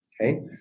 Okay